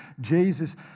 Jesus